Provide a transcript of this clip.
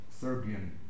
Serbian